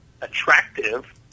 attractive